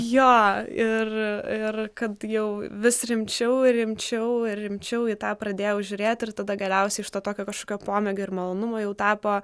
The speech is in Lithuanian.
jo ir ir kad jau vis rimčiau rimčiau ir rimčiau į tą pradėjau žiūrėti ir tada galiausiai iš to tokio kažką pomėgio ir malonumo jau tapo